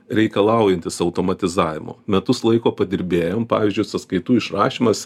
reikalaujantis automatizavimo metus laiko padirbėjom pavyzdžiui sąskaitų išrašymas